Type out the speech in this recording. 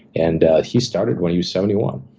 and he started when he was seventy one.